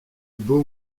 bow